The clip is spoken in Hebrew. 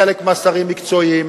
חלק מהשרים מקצועיים,